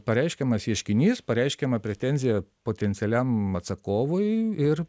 pareiškiamas ieškinys pareiškiama pretenzija potencialiam atsakovui ir